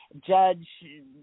judge